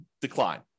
decline